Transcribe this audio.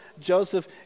Joseph